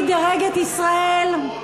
ה-OECD דירג את ישראל,